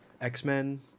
X-Men